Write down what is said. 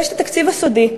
ויש התקציב הסודי,